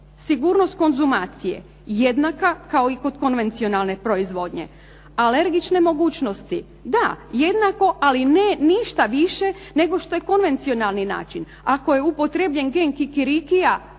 Sigurnost konzumacije, jednaka kao i kod konvencionalne proizvodnje. Alergične mogućnost, da jednako, ali ne ništa više nego što je konvencionalni način. Ako je upotrijebljen gen kikirikija,